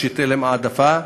שתיתן להם העדפה.